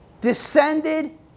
descended